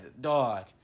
Dog